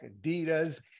Adidas